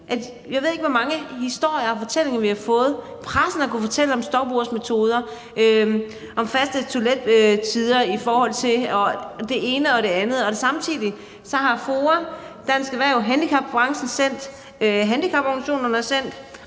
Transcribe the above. Jeg ved ikke, hvor mange historier og fortællinger, vi har fået. Pressen har kunnet fortælle om stopursmetoder, om faste toilettider og det ene og det andet. Samtidig har FOA, Dansk Erhverv, Handicapbranchen Danmark og handicaporganisationerne sendt